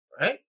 right